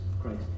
Christ